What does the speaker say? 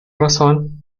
razón